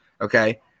okay